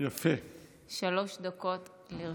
שלוש דקות לרשותך,